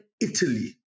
Italy